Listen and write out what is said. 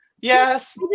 Yes